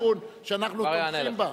זאת דרישתו של שר השיכון, שאנחנו תומכים בה.